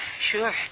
Sure